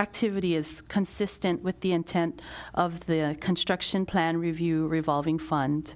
activity is consistent with the intent of the construction plan review revolving fund